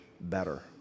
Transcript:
better